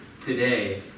today